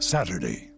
Saturday